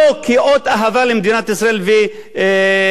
לא כאות אהבה למדינת ישראל ולציונות,